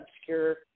obscure